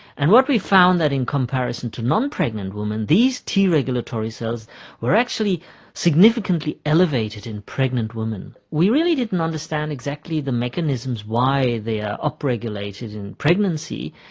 and what we found was that in comparison to non-pregnant women these t regulatory cells were actually significantly elevated in pregnant women. we really didn't understand exactly the mechanisms why they are up regulated in pregnancy,